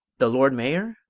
the lord mayor?